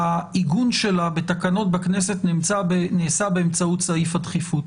העיגון שלה בתקנות בכנסת נעשה באמצעות סעיף הדחיפות,